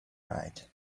right